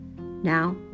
Now